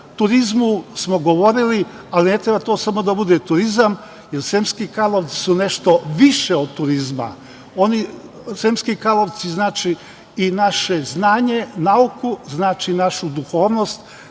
turizmu smo govorili, ali ne treba to samo da bude turizam, jer Sremski Karlovci su nešto više od turizma. Sremski Karlovci znače naše znanje, nauku, znače našu duhovnost